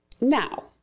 now